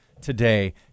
today